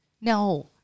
no